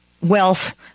wealth